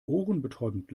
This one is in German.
ohrenbetäubend